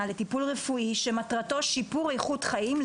לטיפול רפואי שמטרתו שיפור איכות חיים,